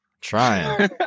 Trying